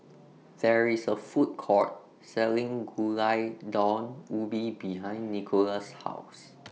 There IS A Food Court Selling Gulai Daun Ubi behind Nicolas' House